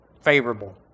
favorable